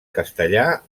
castellà